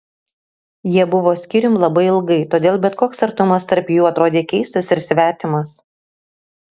jie buvo skyrium labai ilgai todėl bet koks artumas tarp jų atrodė keistas ir svetimas